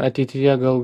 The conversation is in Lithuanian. ateityje gal